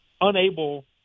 unable